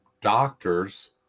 doctors